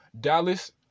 Dallas